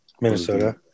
Minnesota